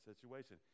situation